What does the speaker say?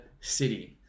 city